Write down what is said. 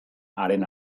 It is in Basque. haren